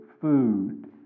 food